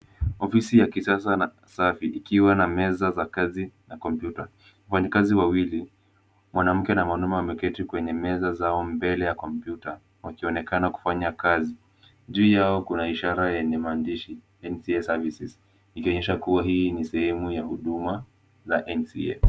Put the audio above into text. Ofisi ya kisasa na safi, ikiwa na meza za kazi na kompyuta. Wafanyikazi wawili, mwanamke na mwanamume wameketi kwenye meza zao mbele ya kompyuta, wakionekana kufanya kazi. Juu yao kuna ishara yenye maandishi NCA services ikionyesha kuwa hii ni sehemu ya huduma za NCA.